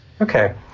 Okay